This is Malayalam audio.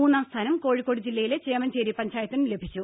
മൂന്നാം സ്ഥാനം കോഴിക്കോട് ജില്ലയിലെ ചേമഞ്ചേരി പഞ്ചായത്തിനും ലഭിച്ചു